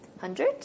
Hundred